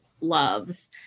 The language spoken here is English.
loves